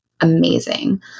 amazing